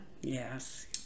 Yes